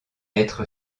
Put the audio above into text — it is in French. être